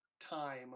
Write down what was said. time